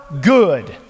good